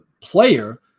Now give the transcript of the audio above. player